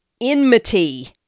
enmity